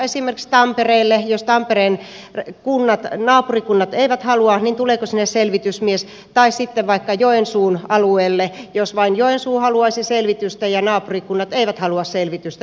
esimerkiksi tuleeko tampereelle selvitysmies jos tampereen naapurikunnat eivät halua tai sitten vaikka jos joensuun alueella vain joensuu haluaisi selvitystä ja naapurikunnat eivät halua selvitystä tuleeko selvitysmies